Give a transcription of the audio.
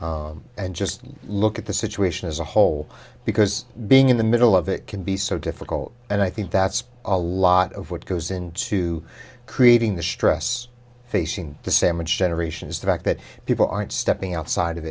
back and just look at the situation as a whole because being in the middle of it can be so difficult and i think that's a lot of what goes into creating the stress facing the same a generation is the fact that people aren't stepping outside of